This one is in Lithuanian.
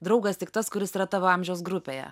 draugas tik tas kuris yra tavo amžiaus grupėje